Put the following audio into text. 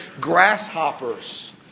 grasshoppers